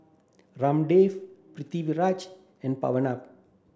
Ramdev Pritiviraj and Pranav